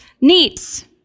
Neat